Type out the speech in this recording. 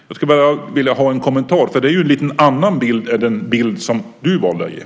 Jag skulle vilja höra en kommentar till detta. Detta är ju en lite annan bild än den som Margareta Pålsson gav.